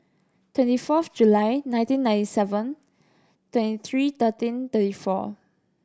twenty fourth July nineteen ninety seven twenty three thirteen thirty four